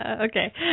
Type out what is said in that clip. Okay